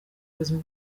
ubuzima